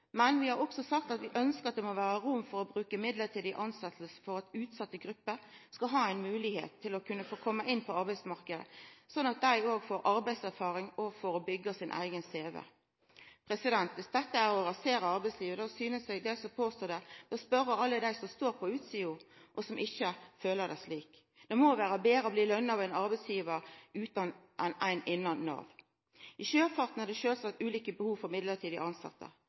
Men vi har også sagt at vi ønskjer at det må vera rom for å bruka midlertidig tilsetjing for at utsette grupper skal ha ei moglegheit til å kunna få komma inn på arbeidsmarknaden, slik at dei òg får arbeidserfaring og får bygd sin eigen CV. Dersom dette er å rasera arbeidslivet, synest eg dei som påstår det, bør spørja alle dei som står på utsida, som ikkje føler det slik. Det må vera betre å bli lønna av ein arbeidsgivar utanfor enn innanfor Nav. I sjøfarten er det sjølvsagt ulike behov for midlertidig